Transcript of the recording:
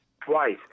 twice